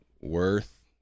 worth